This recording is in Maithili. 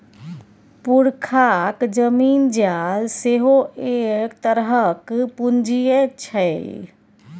पुरखाक जमीन जाल सेहो एक तरहक पूंजीये छै